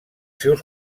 seus